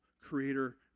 Creator